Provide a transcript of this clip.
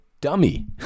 dummy